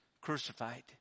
crucified